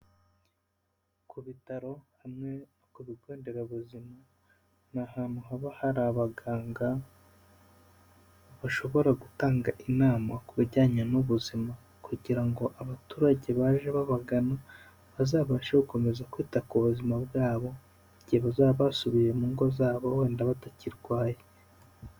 Ku bitaro hamwe ku bigo nderabuzima ni ahantu haba hari abaganga bashobora gutanga inama ku bijyanye n'ubuzima, kugira ngo abaturage baje babagana bazabashe gukomeza kwita ku buzima bwabo igihe bazaba basubiye mu ngo zabo wenda batakirwaye.